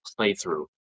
playthrough